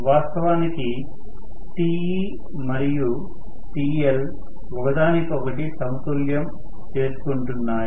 వాస్తవానికి Te మరియు TL ఒకదానికొకటి సమతుల్యం చేసుకుంటున్నాయి